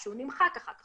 שהוא נמחק אחר כך,